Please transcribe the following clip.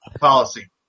policy